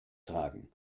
tragen